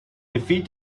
defeat